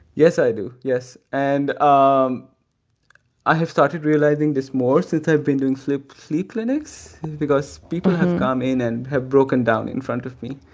yes, i do. yes. and um i have started realizing this more since i've been doing sleep sleep clinics because people have come in and have broken down in front of me.